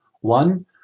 One